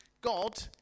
God